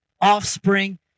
offspring